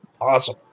awesome